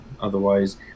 Otherwise